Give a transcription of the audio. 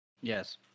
Yes